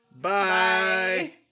Bye